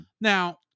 Now